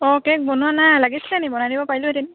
অঁ কেক বনোৱা নাই লাগিছিলেনি বনাই দিব পাৰিলোহেঁতেন